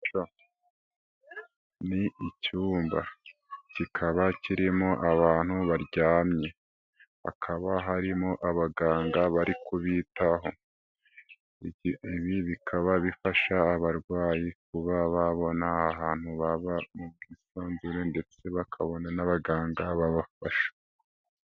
Ni icyumba. Kikaba kirimo abantu baryamye. Hakaba harimo abaganga bari kubitaho. Ibi bikaba bifasha abarwayi kuba babona ahantu baba mu bwisanzure ndetse bakabona n'abagangada babafasha.